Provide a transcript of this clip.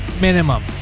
Minimum